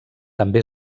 també